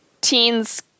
teens